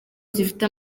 zifite